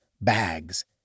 bags